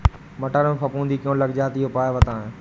मटर में फफूंदी क्यो लग जाती है उपाय बताएं?